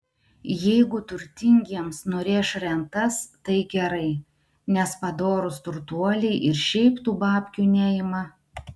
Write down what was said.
jeigu turtingiems nurėš rentas tai gerai nes padorūs turtuoliai ir šiaip tų babkių neima